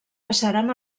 passaren